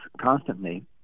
constantly